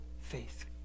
faith